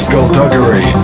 Skullduggery